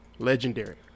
legendary